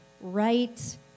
right